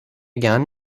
gern